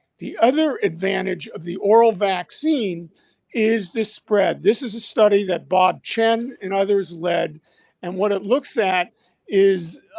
the other advantage of the oral vaccine is the spread. this is a study that bob chen and others lead and what it looks at is